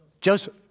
Joseph